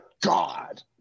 god